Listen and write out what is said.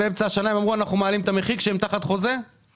באמצע שנה הם אמרו שהם מעלים את המחיר כשהם תחת חוזה?